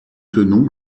tenons